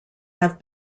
have